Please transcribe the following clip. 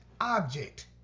object